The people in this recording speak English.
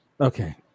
Okay